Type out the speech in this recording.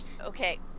Okay